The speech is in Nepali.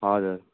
हजुर